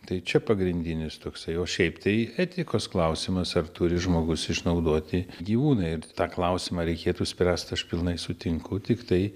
tai čia pagrindinis toksai o šiaip tai etikos klausimas ar turi žmogus išnaudoti gyvūną ir tą klausimą reikėtų spręsti aš pilnai sutinku tiktai